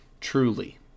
Truly